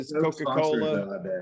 coca-cola